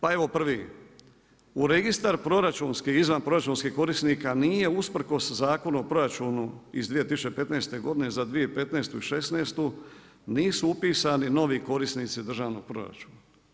Pa evo prvi, u registar proračunskih i izvanproračunskih korisnika nije usprkos Zakonu o proračunu iz 2015. godine za 2015 i 2016. nisu upisani novi korisnici državnog proračuna.